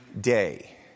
day